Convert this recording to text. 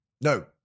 No